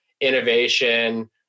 innovation